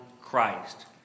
Christ